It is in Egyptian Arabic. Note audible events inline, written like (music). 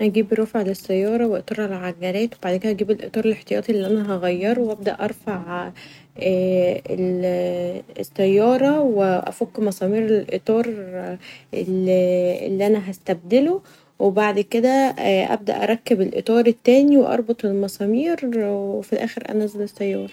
اجيب رافع للسياره و إطار للعجلات و بعد كدا اجيب الإطار الاحتياطي اللي أنا هغيره (noise) وبعد كدا أبدا ارفع (hesitation) السياره و أفك مسامير الإطار (hesitation) اللي أنا هستبدله و بعد كدا أبدا اركب الإطار التاني و اربط المسامير و في الاخر انزل السياره.